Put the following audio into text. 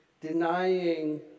denying